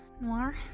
Noir